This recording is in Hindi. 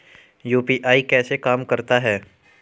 यू.पी.आई कैसे काम करता है?